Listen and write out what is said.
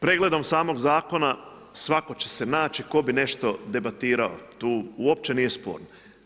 Pregledom samog zakona svatko će se naći tko bi nešto debatirao tu, uopće nije sporno.